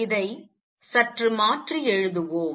இதை சற்று மாற்றி எழுதுவோம்